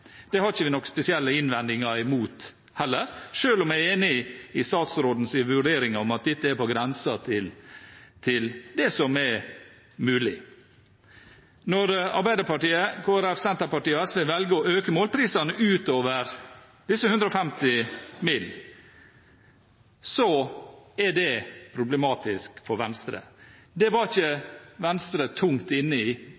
Det har vi ikke noen spesielle innvendinger imot heller, selv om jeg er enig i statsrådens vurdering om at dette er på grensen til det som er mulig. Når Arbeiderpartiet, Kristelig Folkeparti, Senterpartiet og SV velger å øke målprisene utover disse 150 mill. kr, er det problematisk for Venstre. Det var ikke